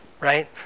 right